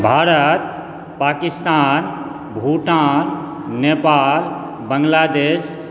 Bharat Pakistan Bhutan Nepal Bangladesh